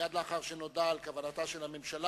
מייד לאחר שנודע על כוונתה של הממשלה,